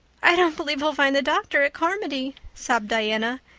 i don't believe he'll find the doctor at carmody, sobbed diana.